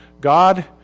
God